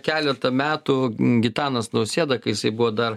keletą metų gitanas nausėda kai jisai buvo dar